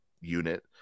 unit